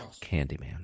Candyman